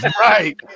Right